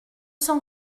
cent